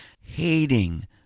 hating